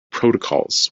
protocols